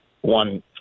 One